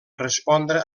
respondre